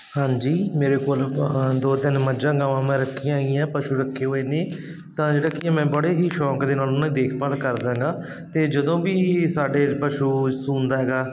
ਹਾਂਜੀ ਮੇਰੇ ਕੋਲ ਹਾਂ ਦੋ ਤਿੰਨ ਮੱਝਾਂ ਗਾਵਾਂ ਮੈਂ ਰੱਖੀਆਂ ਹੋਈਆਂ ਪਸ਼ੂ ਰੱਖੇ ਹੋਏ ਨੇ ਤਾਂ ਜਿਹੜਾ ਕਿ ਮੈਂ ਬੜੇ ਹੀ ਸ਼ੌਂਕ ਦੇ ਨਾਲ ਉਹਨਾਂ ਦੀ ਦੇਖਭਾਲ ਕਰਦਾ ਗਾ ਅਤੇ ਜਦੋਂ ਵੀ ਸਾਡੇ ਪਸ਼ੂ ਸੂੰਦਾ ਹੈਗਾ